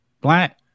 black